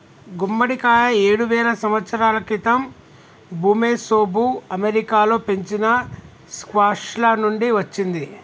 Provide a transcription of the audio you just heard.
గుమ్మడికాయ ఏడువేల సంవత్సరాల క్రితం ఋమెసోఋ అమెరికాలో పెంచిన స్క్వాష్ల నుండి వచ్చింది